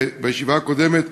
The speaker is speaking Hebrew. ובישיבה הקודמת